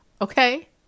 okay